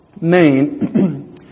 Main